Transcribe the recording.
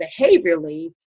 behaviorally